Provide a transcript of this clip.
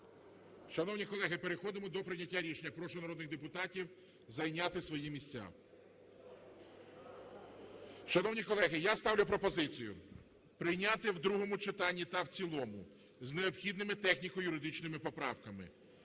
Шановні колеги, переходимо до прийняття рішення. Прошу народних депутатів зайняти свої місця. Шановні колеги, я ставлю пропозицію прийняти в другому читанні та в цілому з необхідними техніко-юридичними поправками